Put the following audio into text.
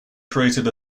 created